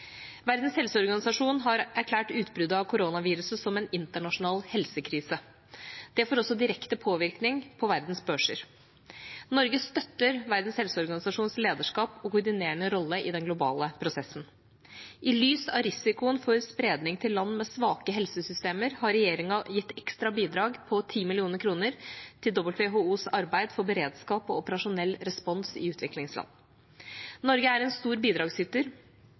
Verdens helseorganisasjon har erklært utbruddet av koronaviruset som en internasjonal helsekrise. Det får også direkte påvirkning på verdens børser. Norge støtter Verdens helseorganisasjons lederskap og koordinerende rolle i den globale prosessen. I lys av risikoen for spredning til land med svake helsesystemer har regjeringa gitt et ekstra bidrag på 10 mill. kr til WHOs arbeid for beredskap og operasjonell respons i utviklingsland. Norge er en stor bidragsyter